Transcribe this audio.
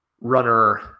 runner